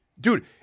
Dude